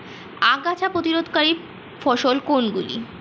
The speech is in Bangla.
আগাছা প্রতিরোধকারী ফসল কোনগুলি?